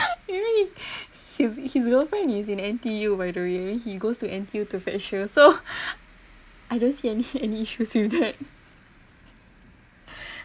you know he's he he will find these in N_T_U by the way he goes to N_T_U to fetch her so I don't see an iss~ an issue with that